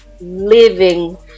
living